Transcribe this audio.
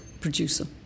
producer